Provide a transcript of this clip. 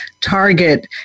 target